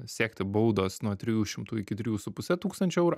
siekti baudos nuo trijų šimtų iki trijų su puse tūkstančių eurų